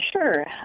Sure